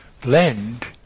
Blend